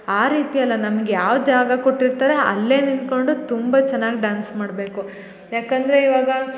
ಆ ರೀತಿ ಅಲ್ಲಾ ನಮಗೆ ಯಾವ ಜಾಗ ಕೊಟ್ಟಿರ್ತಾರೆ ಅಲ್ಲೇ ನಿಂತ್ಕೊಂಡು ತುಂಬ ಚೆನ್ನಾಗಿ ಡಾನ್ಸ್ ಮಾಡ್ಬೇಕು ಯಾಕಂದರೆ ಈವಾಗ